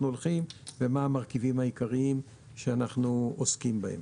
הולכים ומה המרכיבים העיקריים שאנחנו עוסקים בהם.